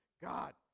God